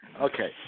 Okay